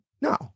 No